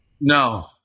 No